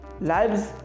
lives